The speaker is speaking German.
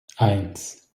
eins